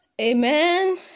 amen